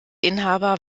inhaber